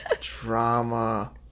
Drama